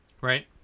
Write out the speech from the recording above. Right